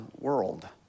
world